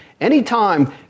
anytime